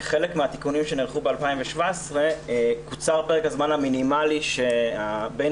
כחלק מהתיקונים שנערכו ב-2017 קוצר פרק הזמן המינימלי שבן